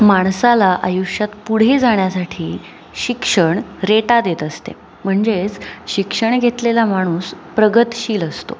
माणसाला आयुष्यात पुढे जाण्यासाठी शिक्षण रेटा देत असते म्हणजेच शिक्षण घेतलेला माणूस प्रगतशील असतो